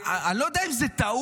אני לא יודע אם זה טעות,